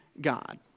God